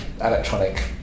electronic